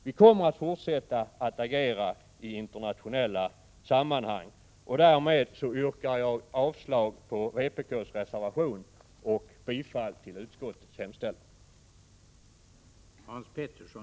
Vi kommer att fortsätta att agera i internationella sammanhang. Jag yrkar avslag på vpk:s reservation och bifall till utskottets hemställan.